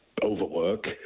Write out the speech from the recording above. Overwork